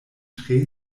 tre